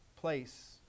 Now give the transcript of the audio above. place